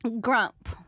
Grump